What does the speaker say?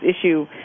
issue